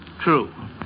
true